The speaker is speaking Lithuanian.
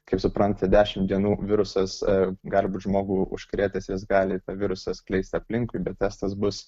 kaip suprantate dešimt dienų virusas gali būt žmogų užkrėtęs jis gali tą virusą skleisti aplinkui bet testas bus